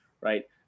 right